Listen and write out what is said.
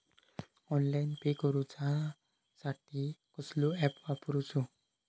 Online pay करूचा साठी कसलो ऍप वापरूचो?